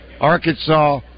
Arkansas